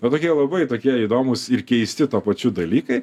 va tokie labai tokie įdomūs ir keisti tuo pačiu dalykai